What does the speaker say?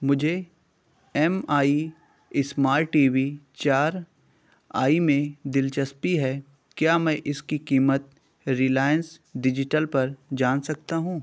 مجھے M I smart TV چار I میں دلچسپی ہے کیا میں اس کی قیمت ریلائنس ڈیجیٹل پر جان سکتا ہوں